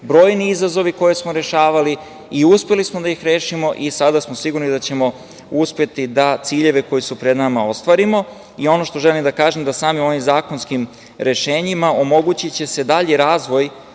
brojni izazovi koje smo rešavali i uspeli smo da ih rešimo i sada smo sigurni da ćemo uspeti da ciljeve koji su pred nama ostvarimo. Ono što želim da kažem da samim ovim zakonskim rešenjima omogućiće se dalji razvoj